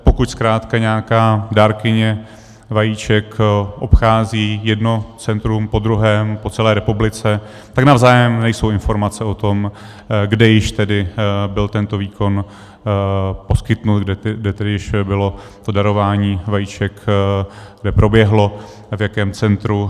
Pokud zkrátka nějaká dárkyně vajíček obchází jedno centrum po druhém po celé republice, tak navzájem nejsou informace o tom, kde již tedy byl tento výkon poskytnut, kde tedy již bylo to darování vajíček, kde proběhlo, v jakém centru.